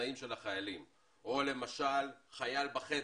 התנאים של החיילים או חייל בחדר,